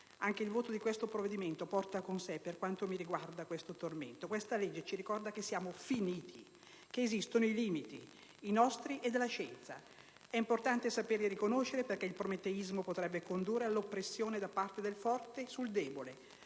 Anche il voto di questo provvedimento porta con sé, per quanto mi riguarda, questo tormento. Questa legge ci ricorda che siamo «finiti», che esistono i limiti: nostri e della scienza. È importante saperli riconoscere perché il prometeismo potrebbe condurre all'oppressione da parte del forte sul debole: